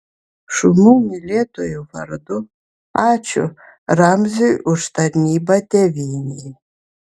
šunų mylėtojų vardu ačiū ramziui už tarnybą tėvynei